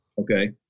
Okay